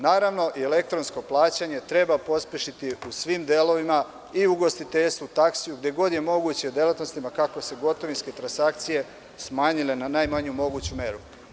Naravno, i elektronsko plaćanje treba pospešiti u svim delovima i u ugostiteljstvu, taksiju, gde god je moguće, kako bi se gotovinske transakcije smanjile na najmanju moguću meru.